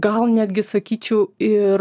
gal netgi sakyčiau ir